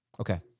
Okay